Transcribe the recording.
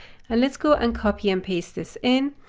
and let's go and copy and paste this in.